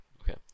okay